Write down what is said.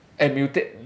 and mutate